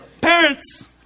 parents